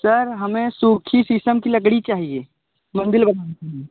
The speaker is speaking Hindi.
सर हमें सूखी शीशम की लकड़ी चाहिए मंदिर बनाने के लिए